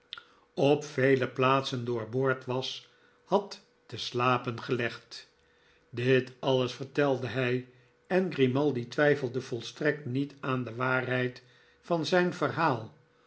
op vele plaatsen doorboord was had teslapen gelegd dit alles vertelde hij en grimaldi twijfelde volstrekt niet aan de waarheid van zijn verhaal